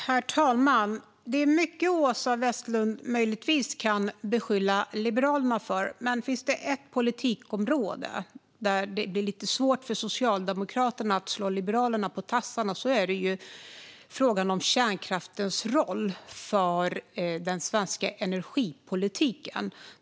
Herr talman! Det finns mycket som Åsa Westlund möjligtvis kan beskylla Liberalerna för, men finns det ett politikområde där Socialdemokraterna får lite svårt att slå Liberalerna på tassarna är det i frågan om kärnkraftens roll för den svenska energipolitiken.